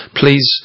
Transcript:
please